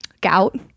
gout